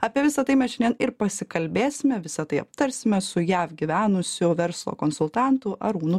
apie visa tai mes šiandien ir ir pasikalbėsime visa tai aptarsime su jav gyvenusiu verslo konsultantu arūnu